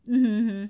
hmm